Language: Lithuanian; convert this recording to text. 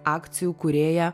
akcijų kūrėja